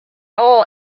all